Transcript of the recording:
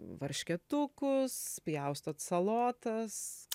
varškėtukus pjaustot salotas